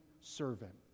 servant